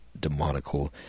demonical